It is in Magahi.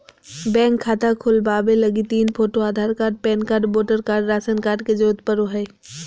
बैंक खाता खोलबावे लगी तीन photo, Aadhaar card, PAN card, voter card, ration card के जरूरत पड़ो हय